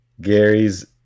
Gary's